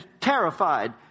terrified